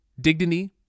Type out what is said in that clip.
dignity